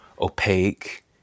opaque